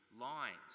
lines